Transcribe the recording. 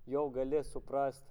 jau gali suprast